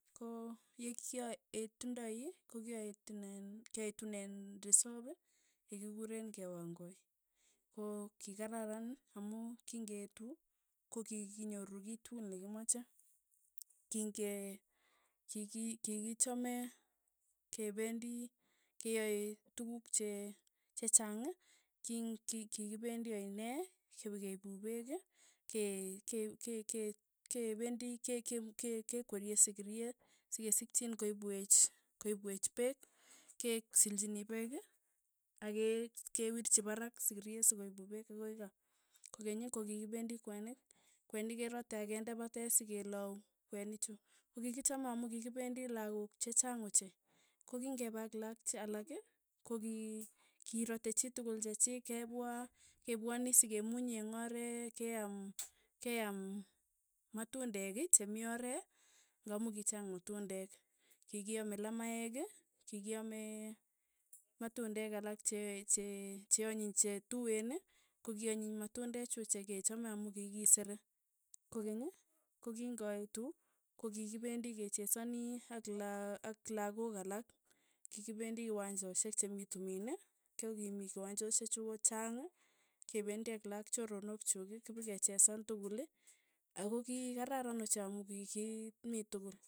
Ko ye kyaetundoi ko kyaetunen kyaetunen risop, yekikuren kewangoi, ko kikararan amu kingeetu, kokikinyoru kii tukul nekimache, king'e ki ki kikichame kependi keyae tukuk che chechang ki- ki- kipendi aene kipekeipu peek, ke- ke- ke- ke- kependi ke- ke- ke- kekwerie sikiriet sekesikchin koipwech koipwech peek, kesilchini peek, ake kewirchi parak sikirio sikoipu pek akoi kaa, kokeny kokikipendi kwenik. kwenik kerate akende patet sekelau kwenichu, kokkikichame amu kikipendi lakok chechang ochei, koking'epe ak laak cha alak, kogikiratechitukul chechiik, kepwaa, kepwani sekemunyi eng' oreee, keam keam matundek chemii oree ng'amu kichaang matundek. Kikiame lamaeek, kikiame matundek alak che- che- che anyiny chetuen kokianyiny matundek chu chekechame amu kikisere, kokenyi, koking'oitu, kokikipendi kechesani ak laak ak lakok alak, kikipendi owanjoshek che mii tumin, kokimii kiwanjoshek chu ko chaang, ke pendi ak laak ak choronok chuk kipikechesan tukuli, ako kikararan ochei amu kikimii tukul.